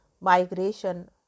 migration